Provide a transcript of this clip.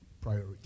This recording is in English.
priority